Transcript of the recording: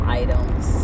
items